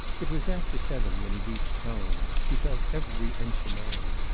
it was after seven when he reached home. he felt every inch a man.